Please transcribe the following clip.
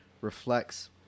reflects